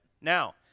Now